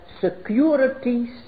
securities